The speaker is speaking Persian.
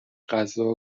غذا